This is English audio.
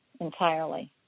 entirely